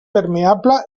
permeable